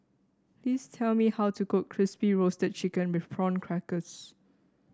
please tell me how to cook Crispy Roasted Chicken with Prawn Crackers